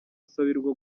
asabirwa